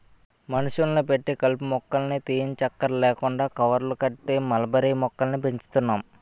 మనుషుల్ని పెట్టి కలుపు మొక్కల్ని తీయంచక్కర్లేకుండా కవర్లు కట్టి మల్బరీ మొక్కల్ని పెంచుతున్నాం